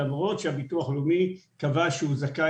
למרות שהביטוח הלאומי קבע שהוא זכאי